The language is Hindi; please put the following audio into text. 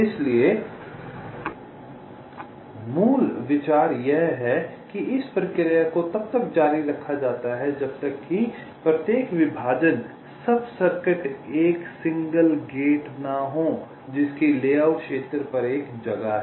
इसलिए मूल विचार यह है कि इस प्रक्रिया को तब तक जारी रखा जाता है जब तक कि प्रत्येक विभाजन सब सर्किट एक सिंगल गेट ना हो जिसकी लेआउट क्षेत्र पर एक जगह है